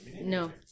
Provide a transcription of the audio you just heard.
No